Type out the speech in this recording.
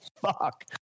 fuck